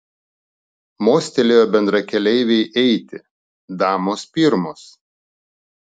mostelėjo bendrakeleivei eiti damos pirmos